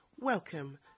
Welcome